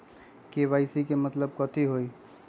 KYC के मतलब कथी होई?